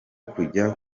kujya